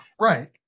right